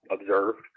observed